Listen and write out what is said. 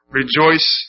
rejoice